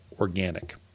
organic